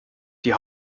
die